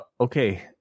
Okay